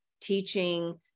teaching